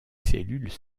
cellules